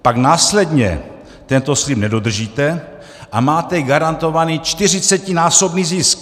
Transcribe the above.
Pak následně tento slib nedodržíte a máte garantovaný čtyřicetinásobný zisk.